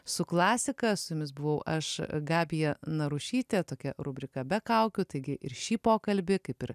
su klasika su jumis buvau aš gabija narušytė tokia rubrika be kaukių taigi ir šį pokalbį kaip ir